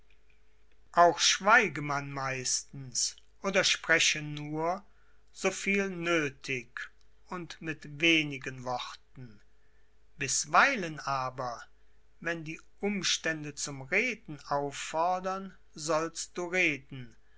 auch schweige man meistens oder spreche nur so viel nöthig und mit wenigen worten bisweilen aber wenn die umstände zum reden auffordern sollst du reden